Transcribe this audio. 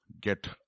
Get